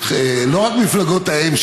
לא רק מפלגות האם,